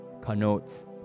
connotes